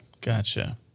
Gotcha